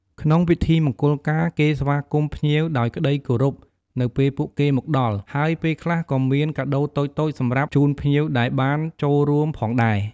ក្នុងពិធីមង្គលការ គេស្វាគមន៍ភ្ញៀវដោយក្ដីគោរពនៅពេលពួកគេមកដល់ ហើយពេលខ្លះក៏មានកាដូតូចៗសម្រាប់ជូនភ្ញៀវដែលបានចូលរួមផងដែរ។